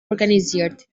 organisiert